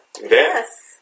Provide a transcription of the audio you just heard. Yes